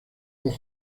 dos